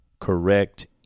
correct